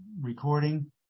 recording